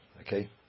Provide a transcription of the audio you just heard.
Okay